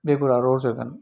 बेगरा रज'गोन